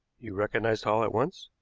you recognized hall at once?